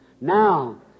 Now